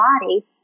body